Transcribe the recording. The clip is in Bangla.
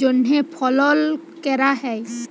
জন্হে ফলল ক্যরা হ্যয়